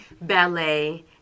ballet